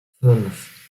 fünf